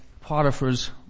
Potiphar's